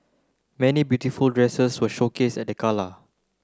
many beautiful dresses were showcased at the gala